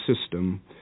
system